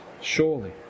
Surely